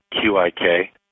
Q-I-K